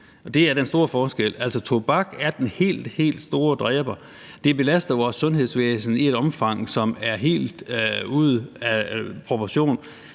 det er den store forskel. Tobak er den helt, helt store dræber, og det belaster vores sundhedsvæsen i et omfang, som er helt ude af proportion.